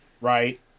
right